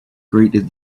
greeted